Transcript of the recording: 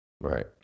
Right